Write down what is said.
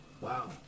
wow